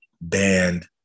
banned